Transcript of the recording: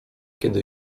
kiedy